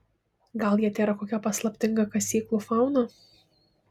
gal jie tėra kokia paslaptinga kasyklų fauna